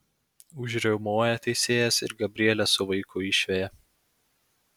užriaumoja teisėjas ir gabrielę su vaiku išveja